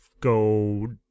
go